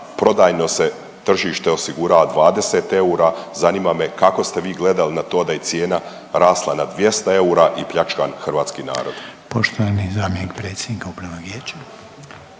prodajno se tržište osigurava 20 eura, zanima me kako ste vi gledali na to da je cijena rasla na 200 eura i pljačkan hrvatski narod.